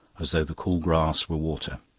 as though the cool grass were water.